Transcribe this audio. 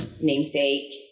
namesake